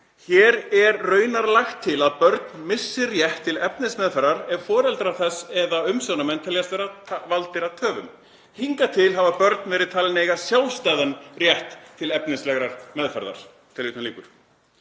„Er hér raunar lagt til að börn missi rétt til efnismeðferðar ef foreldrar þess eða umsjónarmenn teljast vera valdir af töfum. Hingað til hafa börn verið talin eiga sjálfstæðan rétt til efnislegrar meðferðar.“